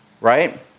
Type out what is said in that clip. right